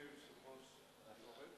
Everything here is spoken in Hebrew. אדוני היושב-ראש, זה עובד?